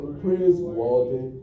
praiseworthy